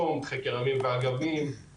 כולנו פה יודעים שחוק ההסדרים הוא חוק התוכנית הכלכלית.